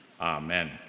Amen